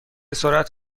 سرعت